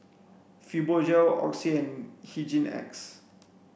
Fibogel Oxy and Hygin X